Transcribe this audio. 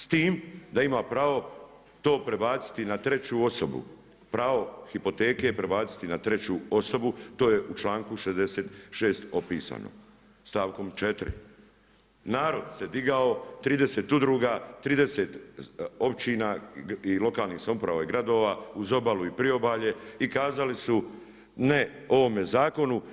S time da ima pravo to prebaciti na treću osobu, pravo hipoteke prebaciti na treću osobu, to je u članku 66. opisano, stavkom 4. Narod se digao 30 udruga, 30 općina i lokalnih samouprava i gradova uz obalu i priobalje i kazali su ne ovome zakonu.